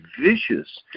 vicious